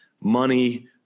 money